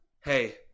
hey